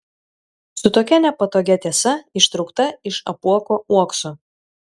su tokia nepatogia tiesa ištraukta iš apuoko uokso